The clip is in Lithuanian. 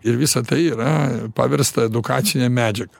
ir visa tai yra paversta edukacine medžiaga